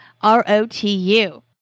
R-O-T-U